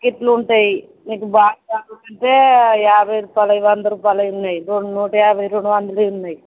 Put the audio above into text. ఎట్ల ఉంటాయి మీకు బాగా కావాలంటే యాభై రుపాయలవి వంద రూపాయలవి ఉన్నాయి నూట యాభై రెండు వందలువి ఉన్నాయి